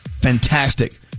fantastic